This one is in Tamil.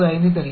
095 தருகிறது